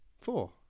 Four